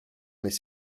mais